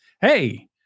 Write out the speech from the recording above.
Hey